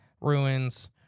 ruins